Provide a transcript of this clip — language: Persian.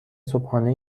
صبحانه